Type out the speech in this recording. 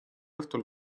õhtul